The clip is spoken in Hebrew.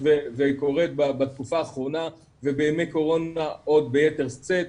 וקורית בתקופה האחרונה ובימי קורונה עוד ביתר שאת,